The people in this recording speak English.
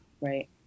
right